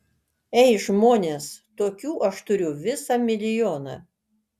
ei žmonės tokių aš turiu visą milijoną